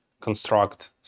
construct